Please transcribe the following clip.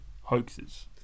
hoaxes